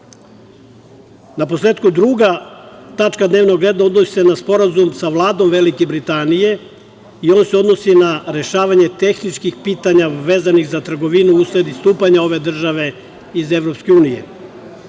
posletku, druga tačka dnevnog reda odnosi se na Sporazum sa Vladom Velike Britanije i on se odnosi na rešavanje tehničkih pitanja vezanih za trgovinu usled istupanja ove države iz EU, tako da se